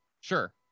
Sure